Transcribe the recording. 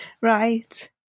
Right